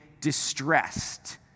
distressed